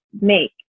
make